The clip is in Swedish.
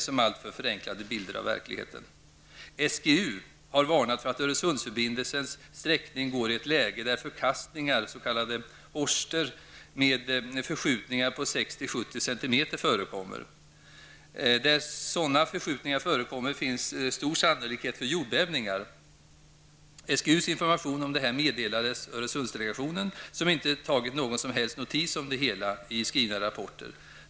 Dessa ger alltför förenklade bilder av verkligheten. SGU har varnat för att Öresundsförbindelsens sträckning kommer att gå i ett läge där förkastningar, s.k. horster, med förskjutningar på 60--70 cm förekommer. Där sådana förskjutningar förekommer finns stor sannolikhet för jordbävningar. SGUs information om detta meddelades Öresundsdelegationen, som i sina skrivna rapporter inte tagit någon som helst notis om det hela.